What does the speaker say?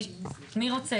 הלאה.